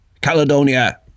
Caledonia